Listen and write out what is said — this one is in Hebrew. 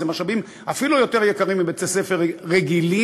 משאבים אפילו יותר יקרים משל בתי-ספר רגילים,